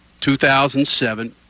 2007